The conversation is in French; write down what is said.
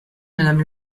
madame